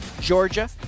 Georgia